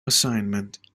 assignment